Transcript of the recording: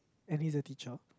and he's a teacher